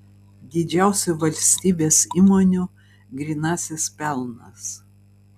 didžiausių valstybės įmonių grynasis pelnas